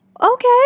okay